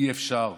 אי-אפשר,